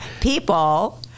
people